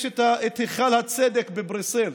יש את היכל הצדק בבריסל,